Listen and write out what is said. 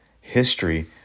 history